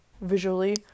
visually